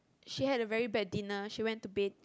she had a very bad dinner she went to bed